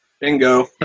Bingo